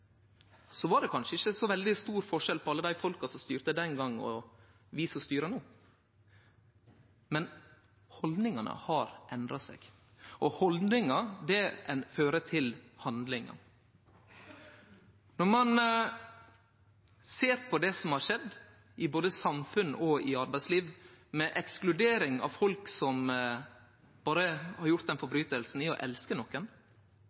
var det kanskje ikkje så veldig stor forskjell på alle dei folka som styrte den gongen og vi som styrer no. Men haldningane har endra seg, og haldningar fører til handlingar. Når ein ser på det som har skjedd, både i samfunnet og i arbeidslivet, med ekskludering av folk som berre har gjort det brotsverket å elske